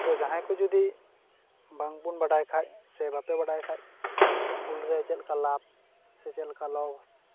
ᱛᱚ ᱡᱟᱦᱟᱸᱭ ᱠᱚ ᱡᱩᱫᱤ ᱵᱟᱝᱵᱚᱱ ᱵᱟᱰᱟᱭ ᱠᱷᱟᱱ ᱥᱮ ᱵᱟᱯᱮ ᱵᱟᱰᱟᱭ ᱠᱷᱟᱱ ᱩᱞ ᱨᱮ ᱪᱮᱫ ᱞᱮᱠᱟ ᱞᱟᱵᱷ ᱥᱮ ᱪᱮᱫ ᱞᱮᱠᱟ ᱞᱚᱥ